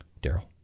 Daryl